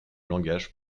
langage